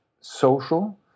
social